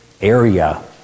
area